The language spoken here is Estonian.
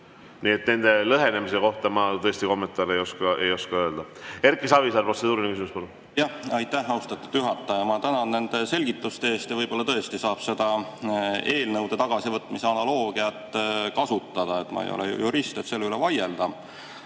Nii et nende lõhenemise kohta ma tõesti kommentaare ei oska anda. Erki Savisaar, protseduuriline küsimus. Palun! Aitäh, austatud juhataja! Ma tänan nende selgituste eest. Võib-olla tõesti saab seda eelnõu tagasivõtmise analoogiat kasutada. Ma ei ole jurist, et selle üle vaielda.